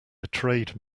betrayed